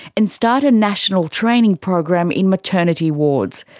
and start a national training program in maternity wards.